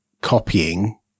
copying